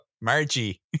Margie